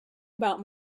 about